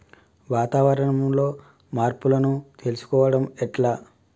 వాతావరణంలో మార్పులను తెలుసుకోవడం ఎట్ల?